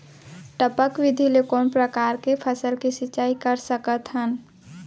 टपक विधि ले कोन परकार के फसल के सिंचाई कर सकत हन?